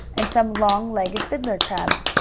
and some long-legged fiddler crabs.